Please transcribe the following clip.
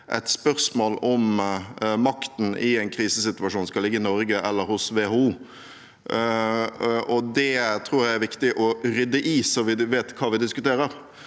et spørsmål om makten i en krisesituasjon skal ligge i Norge eller hos WHO. Det tror jeg det er viktig å rydde i, så vi vet hva vi diskuterer.